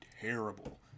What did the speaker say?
terrible